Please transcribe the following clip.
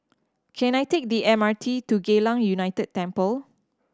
can I take the M R T to Geylang United Temple